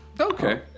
Okay